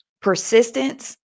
persistence